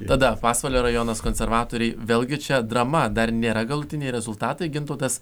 tada pasvalio rajonas konservatoriai vėlgi čia drama dar nėra galutiniai rezultatai gintautas